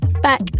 Back